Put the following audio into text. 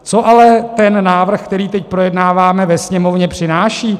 Co ale ten návrh, který teď projednáváme ve Sněmovně, přináší?